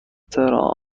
تراموا